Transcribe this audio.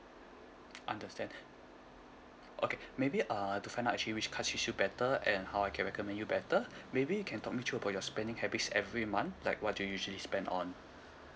understand okay maybe uh to find out actually which cards which suit better and how I can recommend you better maybe you can talk me through about your spending habits every month like what do you usually spend on